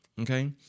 okay